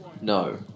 No